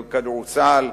בכדורסל,